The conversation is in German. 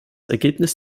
ergebnis